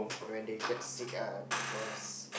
when they get sick ah because